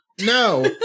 No